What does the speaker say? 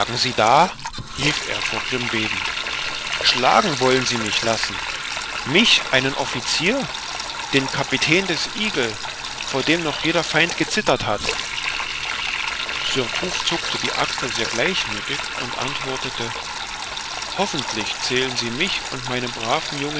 sie da rief er vor grimm bebend schlagen wollen sie mich lassen mich einen offizier den kapitän des eagle vor dem noch jeder feind gezittert hat surcouf zuckte die achsel sehr gleichmüthig und antwortete hoffentlich zählen sie mich und meine braven